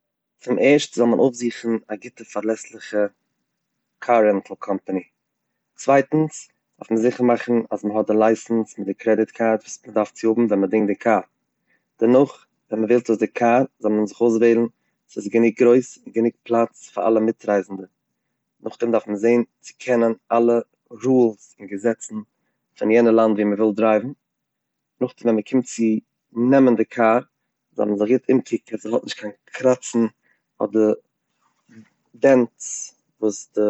צום ערשט זאל מען אויפזוכן א גוטע פארלעסליכע קאר רענטל קאמפאני, צווייטנס דארף מען זיכער מאכן אז מען האט א לייסענס מיט די קרעדיט קארד וואס מען דארף צו האבן ווען מען דינגט די קאר, דערנאך ווען מען וועלט אויס די קאר זאל מען זיך אויסוועלן וואס איז גענוג גרויס, גענוג פלאץ פאר אלע מיטרייזנדע, נאכדעם דארף מען זעהן צו קענען אלע רולס מיט געזעצן פון יענע לאנד ווי מען וויל דרייוון נאכדעם ווען מען קומט צו נעמען די קאר זאל מען זיך גוט אומקוקן אז ס'האט נישט קיין קראצן אדער דענטס וואס דער.